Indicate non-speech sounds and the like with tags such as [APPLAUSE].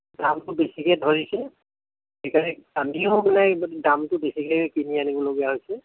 দামটো বেছিকৈ ধৰিছে [UNINTELLIGIBLE] দামটো বেছিকৈ কিনি আনিবলগীয়া হৈছে